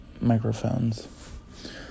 microphones